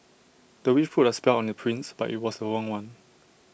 the witch put A spell on the prince but IT was the wrong one